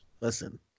Listen